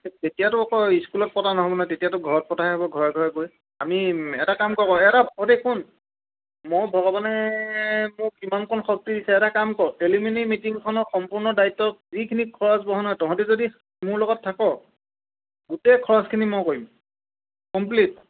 তেতিয়াতো আকৌ স্কুলত পটা নহ'ব নে তেতিয়াতো ঘৰত পঠাই হ'ব ঘৰে ঘৰে গৈ আমি এটা কাম কৰ এটা অঁ দেই শুন মই ভগৱানে মোৰ কিমানকণ শক্তি দিছে এটা কাম কৰ টেলিমিনি মিটিংখনৰ সম্পূৰ্ণ দায়িত্ব খিনি খৰচ বহন হয় তহঁতে যদি মোৰ লগত থাকো গোটেই খৰচখিনি মই কৰিম কমপ্লিট